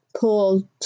pull